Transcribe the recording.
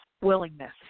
Willingness